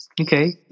Okay